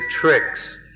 tricks